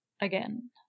again